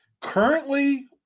Currently